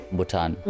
Bhutan